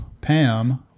Pam